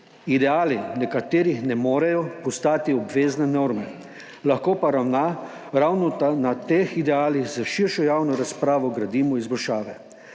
Ideali nekaterih ne morejo postati obvezne norme, lahko pa ravno na teh idealih s širšo javno razpravo gradimo izboljšave.